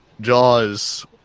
Jaws